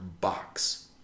box